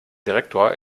direktor